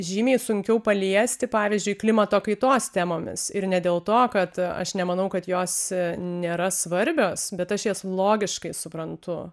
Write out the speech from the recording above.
žymiai sunkiau paliesti pavyzdžiui klimato kaitos temomis ir ne dėl to kad aš nemanau kad jos nėra svarbios bet aš jas logiškai suprantu